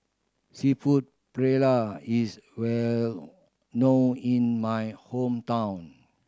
Seafood Paella is well know in my hometown